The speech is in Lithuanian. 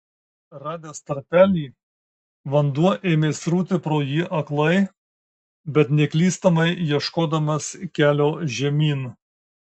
radęs tarpelį vanduo ėmė srūti pro jį aklai bet neklystamai ieškodamas kelio žemyn